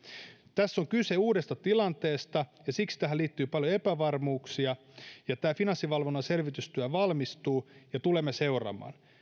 tässä on kyse uudesta tilanteesta ja siksi tähän liittyy paljon epävarmuuksia tämä finanssivalvonnan selvitystyö valmistuu ja tulemme tätä seuraamaan